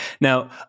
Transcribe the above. Now